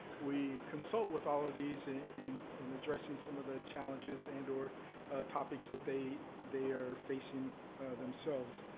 we consult with all of these in in addressing some of the challenges and or topics that they they are facing themselves.